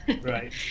right